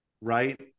Right